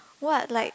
what like